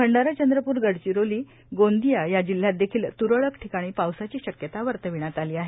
भंडारा चंद्रपूर गडचिरोली गोंदिया या जिल्ह्यात देखील तुरळळ ठिकाणी पावसाची शक्यता वर्तविण्यात आली आहे